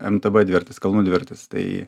mtb dviratis kalnų dviratis tai